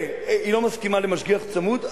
והיא לא מסכימה למשגיח צמוד,